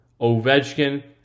Ovechkin